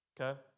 okay